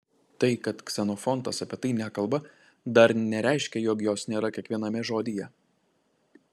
tai kad ksenofontas apie tai nekalba dar nereiškia jog jos nėra kiekviename žodyje